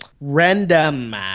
Random